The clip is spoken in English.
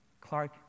Clark